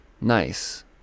Nice